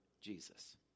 Jesus